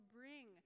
bring